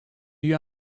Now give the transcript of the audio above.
you